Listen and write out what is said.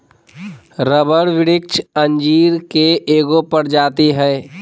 rubber वृक्ष अंजीर के एगो प्रजाति हइ